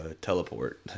teleport